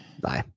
Bye